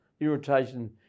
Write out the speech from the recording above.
irritation